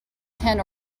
ten